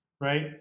right